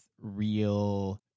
real